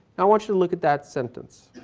i want you look at that sentence.